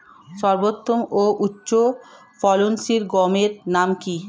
সর্বোত্তম ও উচ্চ ফলনশীল গমের নাম কি?